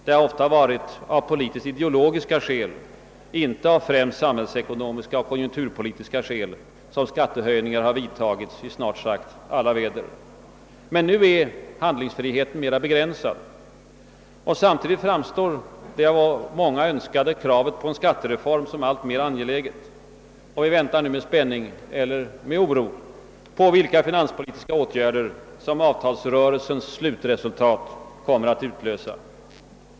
Det har ofta varit av politisk-ideologiska — och inte främst samhällsekonomiska eller konjunkturpolitiska — skäl som skattehöjningar vidtagits i snart sagt alla väder. Men nu är handlingsfriheten mer begränsad och samtidigt framstår den av många önskade skattereformen som alltmer angelägen. Vi väntar nu med spänning — eller med oro — på vilka finanspolitiska åtgärder som avtalsrörelsens slutresultat kommer att utlösa.